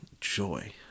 joy